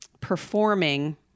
performing